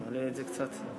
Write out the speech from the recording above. נעלה את זה קצת.